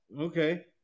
okay